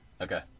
Okay